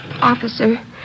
Officer